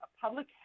public